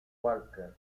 walker